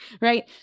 right